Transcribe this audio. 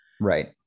right